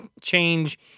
change